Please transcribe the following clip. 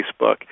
Facebook